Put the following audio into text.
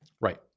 Right